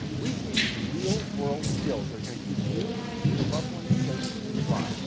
we teach real-world skills, they're going to keep you and your loved ones safe when you fly.